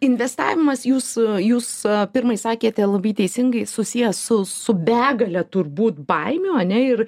investavimas jūs jūs pirmai sakėte labai teisingai susijęs su su begale turbūt baimių ane ir